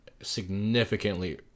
significantly